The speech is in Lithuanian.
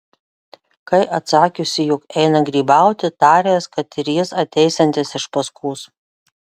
kai atsakiusi jog eina grybauti taręs kad ir jis ateisiantis iš paskos